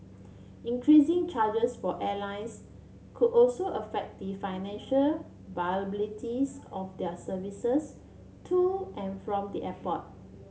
increasing charges for airlines could also affect the financial viabilities of their services to and from the airport